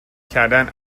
کردن